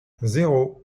zéro